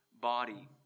body